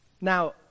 Now